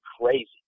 crazy